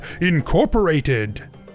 Incorporated